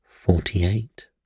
Forty-eight